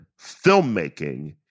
filmmaking